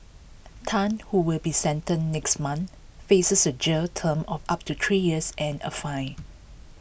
Tan who will be sentenced next month faces A jail term of up to three years and A fine